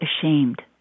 ashamed